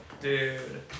Dude